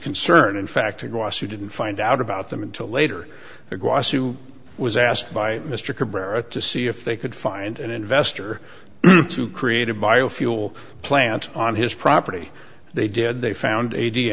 concerned in fact across you didn't find out about them until later the goss who was asked by mr cabrera to see if they could find an investor to create a biofuel plant on his property they did they found a